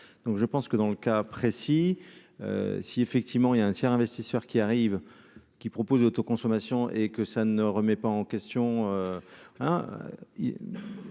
je pense que dans le cas précis, si effectivement il y a un tiers investisseur qui arrive, qui propose l'autoconsommation et que ça ne remet pas en question,